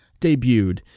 debuted